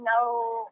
no